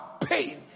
pain